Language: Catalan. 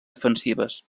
defensives